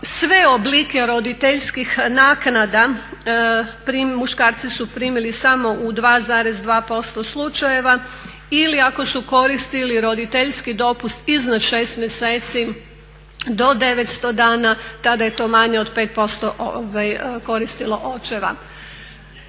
Sve oblike roditeljskih naknada muškarci su primili samo u 2,2% slučajeva ili ako su koristili roditeljski dopust iznad 6 mjeseci do 900 dana tada je to manje od 5% koristilo očeva.